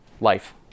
life